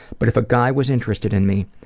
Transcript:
but if a guy was interested in me,